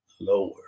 lower